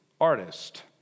artist